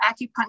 acupuncture